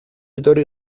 etorri